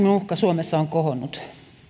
uhka suomessa on kohonnut